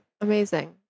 amazing